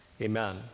Amen